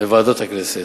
בוועדות הכנסת.